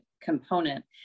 component